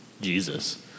Jesus